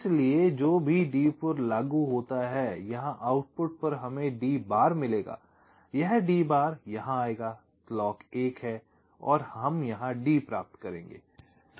इसलिए जो भी D पर लागू होता है यहाँ आउटपुट पर हमें D बार मिलेगा यह D बार यहां आएगा क्लॉक 1 है और हम यहां D प्राप्त करेंगे